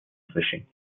fishing